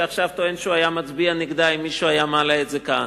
שעכשיו הוא טוען שהוא היה מצביע נגדה אם מישהו היה מעלה את זה כאן.